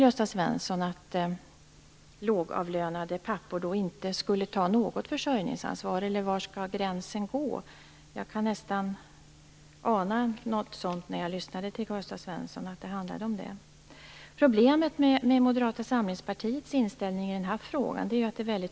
Gösta Svenson att lågavlönade pappor inte skulle ta något försörjningsansvar? Eller var skall gränsen gå? Jag anade nästan att det handlade om det när jag lyssnade till Karl-Gösta Svenson. Problemet med Moderata samlingspartiets inställning i den här frågan är att man är kluven.